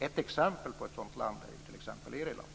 Ett exempel på ett sådant land är Irland.